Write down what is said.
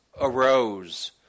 arose